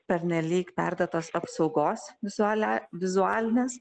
pernelyg perdėtos apsaugos vizualia vizualinės